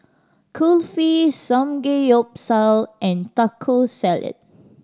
Kulfi Samgeyopsal and Taco Salad